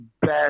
best